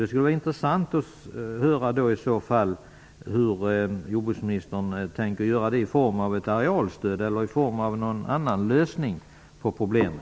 Det skulle vara intressant att höra hur jordbruksministern tänker göra. Blir det ett arealstöd, eller blir det någon annan lösning på problemen?